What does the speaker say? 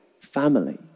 family